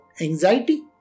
Anxiety